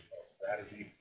Strategy